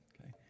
Okay